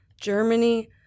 Germany